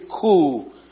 cool